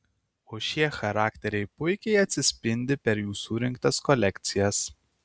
o šie charakteriai puikiai atsispindi per jų surinktas kolekcijas